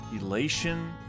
elation